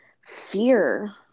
fear